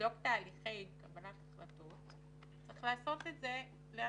לבדוק תהליכי קבלת החלטות צריך לעשות את זה לאלתר.